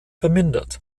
vermindert